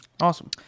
Awesome